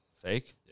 Fake